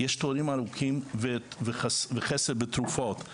יש תורים ארוכים וחסר בתרופות.